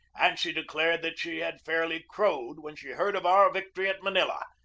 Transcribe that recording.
and she declared that she had fairly crowed when she heard of our victory at manila,